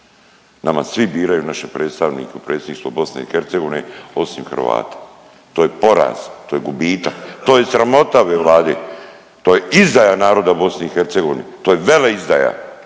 Nama svi biraju naše predstavnike u Predsjedništvo BiH osim Hrvata. To je poraz, to je gubitak, to je sramota ove Vlade. To je izdaja naroda BiH, to je veleizdaja,